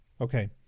Okay